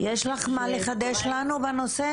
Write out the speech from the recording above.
יש לך מה לחדש לנו בנושא?